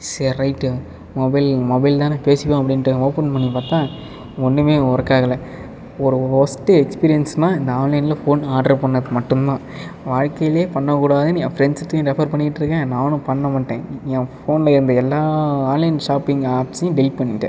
சேரி right mobile mobile தானே பேசிக்குவோம் அப்படின்ட்டு ஓப்பன் பண்ணி பார்த்தா ஒண்ணுமே ஒர்க் ஆகலை ஒரு ஒர்ஸ்ட் எக்ஸ்பீரியன்ஸ்னா இந்த ஆன்லைனில் ஃபோன் ஆர்டர் பண்ணுணது மட்டும் தான் வாழ்க்கையில் பண்ணக் கூடாதுன்னு என் ஃப்ரண்ட்ஸுகிட்டையும் ரெஃபர் பண்ணிட்டுருக்கேன் நானும் பண்ண மாட்டேன் என் ஃபோனில் இருந்த எல்லா ஆன்லைன் ஷாப்பிங் ஆப்ஸையும் டெலிட் பண்ணிட்டேன்